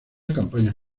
campañas